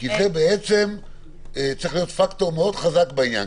כי זה בעצם צריך להיות פקטור מאוד חזק בעניין.